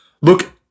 Look